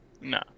No